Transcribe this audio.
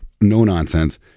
no-nonsense